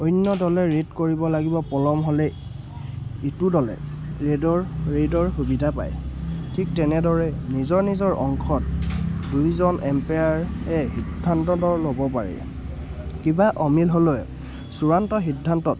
অন্য দলে ৰেড কৰিব লাগিব পলম হ'লেই ইটো দলে ৰেডৰ ৰেডৰ সুবিধা পায় ঠিক তেনেদৰে নিজৰ নিজৰ অংশত দুয়োজন এম্পেয়াৰে সিদ্ধান্ততৰ ল'ব পাৰে কিবা অমিল হ'লে চুৰান্ত সিদ্ধান্তত